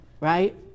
right